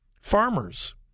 farmers